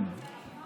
אני אגיד לך.